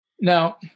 Now